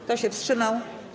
Kto się wstrzymał?